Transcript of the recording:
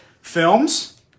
films